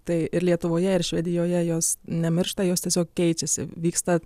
tai ir lietuvoje ir švedijoje jos nemiršta jos tiesiog keičiasi vyksta